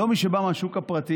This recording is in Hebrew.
לא מי שבא מהשוק הפרטי.